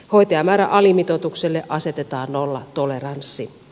hoitajamäärän alimitoitukselle asetetaan nollatoleranssi